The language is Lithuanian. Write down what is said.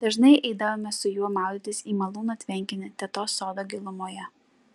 dažnai eidavome su juo maudytis į malūno tvenkinį tetos sodo gilumoje